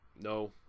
No